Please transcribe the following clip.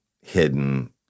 hidden